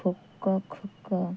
ଫୁକ ଖୋକ